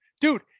Dude